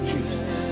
Jesus